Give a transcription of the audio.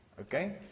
Okay